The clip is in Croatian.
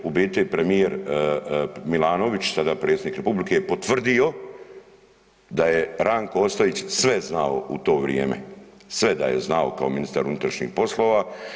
U biti premijer Milanović sada predsjednik Republike potvrdio da je Ranko Ostojić sve znao u to vrijeme, sve da je znao kao ministar unutrašnjih poslova.